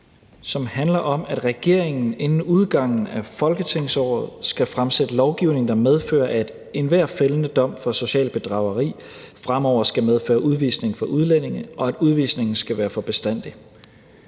som handler om, at regeringen inden udgangen af folketingsåret skal fremsætte lovgivning, der medfører, at enhver fældende dom for socialt bedrageri fremover skal medføre udvisning for udlændinge, og at udvisningen skal være for bestandig.